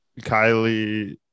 Kylie